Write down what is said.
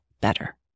better